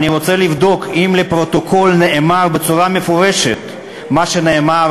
אני רוצה לבדוק אם לפרוטוקול נאמר בצורה מפורשת מה שנאמר